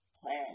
plan